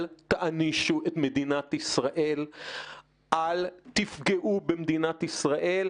אל תענישו את מדינת ישראל, אל תפגעו במדינת ישראל.